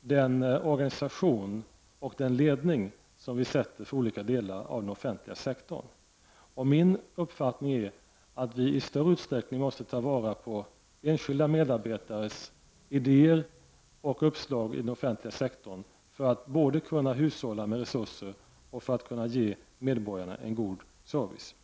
den organisation och den ledning som sätts in för olika delar av den offentliga sektorn. Min uppfattning är att vi i större utsträckning måste ta vara på enskilda medarbetares idéer och uppslag i den offentliga sektorn för att både kunna hushålla med resurser och för att kunna ge medborgarna en god service.